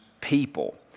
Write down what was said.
people